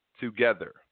together